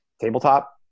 tabletop